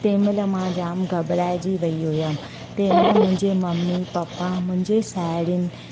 तंहिं महिल मां जाम घबराइजी वई हुअमि तंहिं महिल मुंहिंजी मम्मी पप्पा मुंहिंजी साहेड़ियुनि